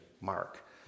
mark